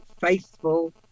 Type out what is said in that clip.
faithful